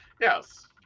Yes